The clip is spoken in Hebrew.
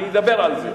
אני מדבר על זה,